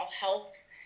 health